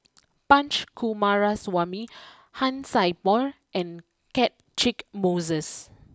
Punch Coomaraswamy Han Sai Por and Catchick Moses